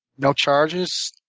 no charges,